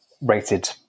rated